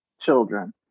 children